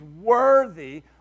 worthy